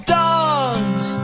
dogs